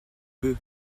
peu